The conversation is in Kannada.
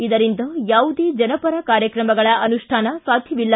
ಇದರಿಂದ ಯಾವುದೇ ಜನಪರ ಕಾರ್ಯಕ್ರಮಗಳ ಅನುಷ್ಠಾನ ಸಾಧ್ಯವಿಲ್ಲ